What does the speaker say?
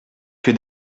que